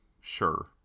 sure